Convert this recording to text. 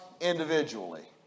individually